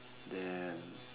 then